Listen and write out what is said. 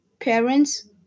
parents